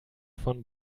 von